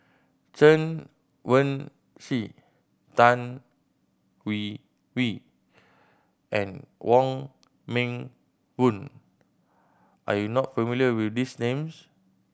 Chen Wen Hsi Tan Hwee Hwee and Wong Meng Voon are you not familiar with these names